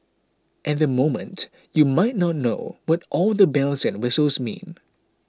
at the moment you might not know what all the bells and whistles mean